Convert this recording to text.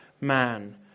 man